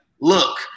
look